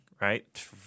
right